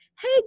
hey